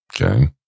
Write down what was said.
Okay